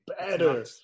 better